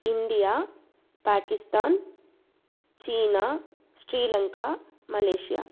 India Pakistan சீனா Sri Lanka Malaysia